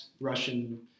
Russian